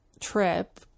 trip